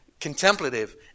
contemplative